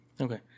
Okay